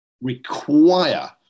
require